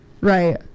Right